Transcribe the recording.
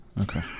Okay